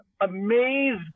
amazed